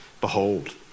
Behold